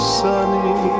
sunny